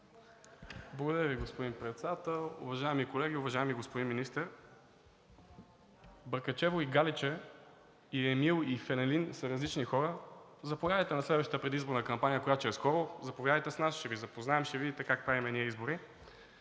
Благодаря Ви, господин Председател. Уважаеми колеги! Уважаеми господин Министър, Бъркачево и Галиче, и Емил, и Фенелин са различни хора. Заповядайте на следващата предизборна кампания, която ще е скоро. Заповядайте с нас, ще Ви запознаем, ще видите как правим ние избори.